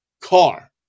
car